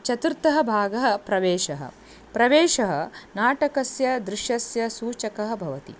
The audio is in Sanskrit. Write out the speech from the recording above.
चतुर्थः भागः प्रवेशः प्रवेशः नाटकस्य दृश्यस्य सूचकः भवति